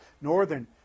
northern